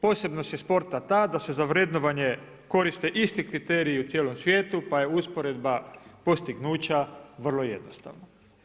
Posebnost je sporta ta da se vrednovanje koriste isti kriteriji u cijelom svijetu pa je usporedba postignuća vrlo jednostavna.